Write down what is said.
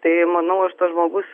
tai manau aš tas žmogus